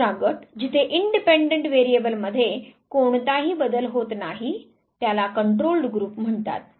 दुसरा गट जिथे इंडिपेंडेंट व्हॅरिएबल मध्ये कोणताही बदल होत नाहीत त्याला कंट्रोलड ग्रुप म्हणतात